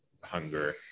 hunger